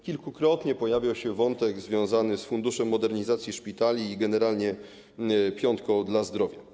Kilkukrotnie pojawiał się wątek związany z funduszem modernizacji szpitali i generalnie „Piątką dla zdrowia”